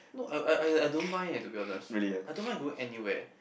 no I I I I don't mind eh to be honest I don't mind going anywhere